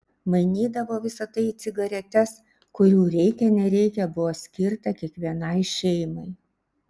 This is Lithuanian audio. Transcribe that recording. mainydavo visa tai į cigaretes kurių reikia nereikia buvo skirta kiekvienai šeimai